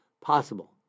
possible